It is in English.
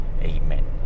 Amen